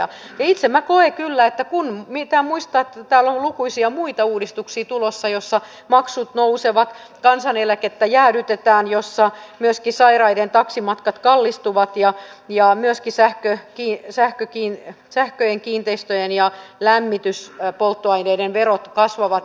itse minä koen kyllä että pitää muistaa että täällä on lukuisia muita uudistuksia tulossa joissa maksut nousevat ja kansaneläkettä jäädytetään joissa myöskin sairaiden taksimatkat kallistuvat ja myöskin sähkön kiinteistöjen ja lämmityspolttoaineiden verot kasvavat